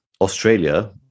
Australia